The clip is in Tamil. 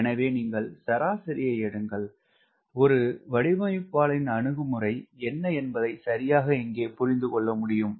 எனவே நீங்கள் சராசரியை எடுங்கள் ஒரு வடிவமைப்பாளனின் அணுகுமுறை என்ன என்பதை சரியாக இங்கே புரிந்து கொள்ள முடியும்